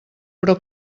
però